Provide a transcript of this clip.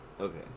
Okay